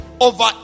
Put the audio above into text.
over